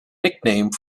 nickname